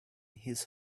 his